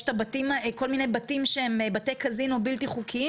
יש כל מיני בתים שהם בתי קזינו בלתי-חוקיים